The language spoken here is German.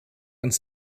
ins